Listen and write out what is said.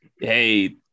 hey